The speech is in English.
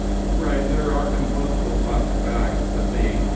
right, there are compostable plastic bags, but they